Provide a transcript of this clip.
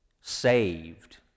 saved